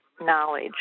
knowledge